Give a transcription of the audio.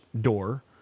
door